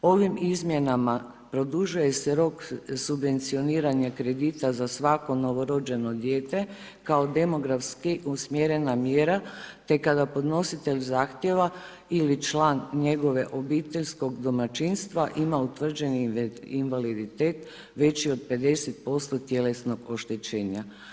Ovim izmjenama produžuje se rok subvencioniranja kredita za svako novorođeno dijete kao demografski usmjerena mjera te kada podnositelj zahtjeva ili član njegovog obiteljskog domaćinstva ima utvrđeni invaliditet veći od 50% tjelesnog oštećenja.